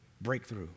Breakthrough